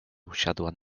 usiadła